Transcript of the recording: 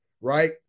right